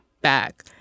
back